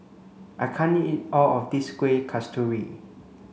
I can't eat all of this Kueh Kasturi